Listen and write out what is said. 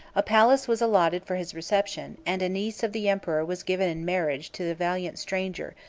a palace was allotted for his reception, and a niece of the emperor was given in marriage to the valiant stranger,